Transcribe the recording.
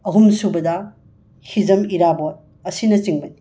ꯑꯍꯨꯝꯁꯨꯕꯗ ꯍꯤꯖꯝ ꯏꯔꯥꯕꯣꯠ ꯑꯁꯤꯅꯆꯤꯡꯕꯅꯤ